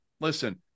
listen